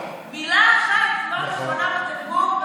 מילה אחת לא נכונה בתרגום,